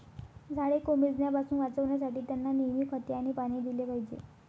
झाडे कोमेजण्यापासून वाचवण्यासाठी, त्यांना नेहमी खते आणि पाणी दिले पाहिजे